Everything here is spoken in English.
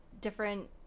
different